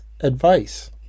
advice